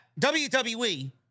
WWE